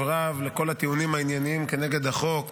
רב לכל הטיעונים העניינים כנגד החוק,